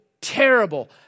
terrible